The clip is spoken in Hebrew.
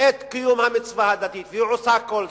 את קיום המצווה הדתית, והיא עושה כל זאת.